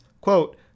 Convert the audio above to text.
quote